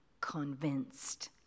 convinced